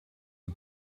the